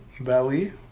Valley